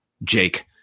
Jake